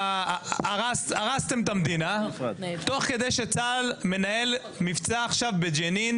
הרסתם את המדינה תוך כדי שצה"ל מנהל מבצע עכשיו בג'נין,